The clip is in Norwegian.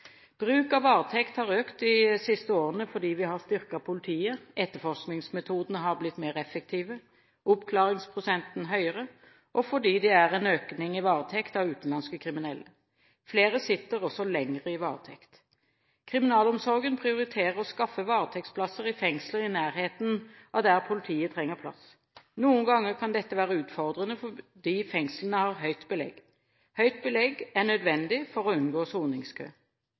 Bruk av varetekt har økt de siste årene fordi vi har styrket politiet, etterforskningsmetodene har blitt mer effektive, oppklaringsprosenten er høyere, og det er en økning i varetekt av utenlandske kriminelle. Flere sitter også lenger i varetekt. Kriminalomsorgen prioriterer å skaffe varetektsplasser i fengsler i nærheten av der politiet trenger plass. Noen ganger kan dette være utfordrende fordi fengslene har høyt belegg. Høyt belegg er nødvendig for å unngå soningskø.